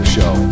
Show